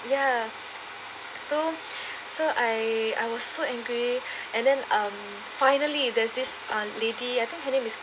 ya so so I I was so angry and then um finally there's this uh lady I think her name is